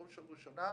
בראש ובראשונה,